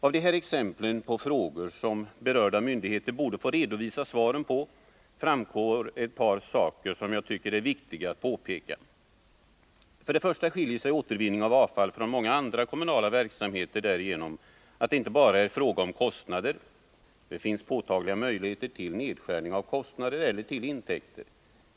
Av de här exemplen på frågor som berörda myndigheter borde få redovisa svaren på framgår ett par saker som jag tycker är viktiga att påpeka: För det första skiljer sig återvinning av avfall från många andra kommunala verksamheter därigenom att det inte bara är fråga om kostnader. Det finns påtagliga möjligheter till nedskärning av kostnader eller till intäkter.